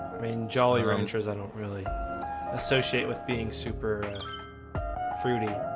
mean jolly ranchers. i don't really associate with being super fruity,